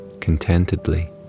contentedly